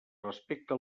respecte